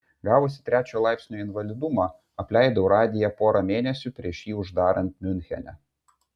gavusi trečio laipsnio invalidumą apleidau radiją porą mėnesių prieš jį uždarant miunchene